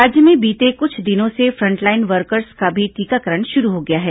राज्य में बीते कुछ दिनों से फ्रंटलाइन वर्कर्स का भी टीकाकरण शुरू हो गया है